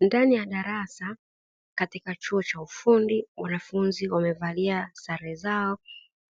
Ndani ya darasa katika chuo cha ufundi wanafunzi wamevalia sare zao